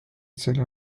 selle